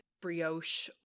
brioche